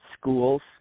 schools